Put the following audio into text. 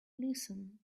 listen